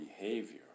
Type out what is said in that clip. behavior